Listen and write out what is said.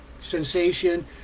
sensation